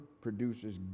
produces